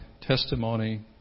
testimony